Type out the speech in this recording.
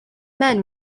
men